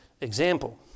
example